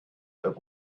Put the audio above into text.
but